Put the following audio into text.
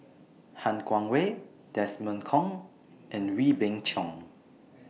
Han Guangwei Desmond Kon and Wee Beng Chong